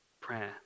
prayer